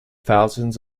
thousands